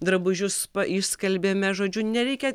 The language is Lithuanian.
drabužius išskalbėme žodžiu nereikia